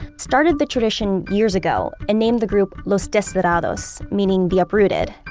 started the tradition years ago and named the group los desterrados, meaning the uprooted.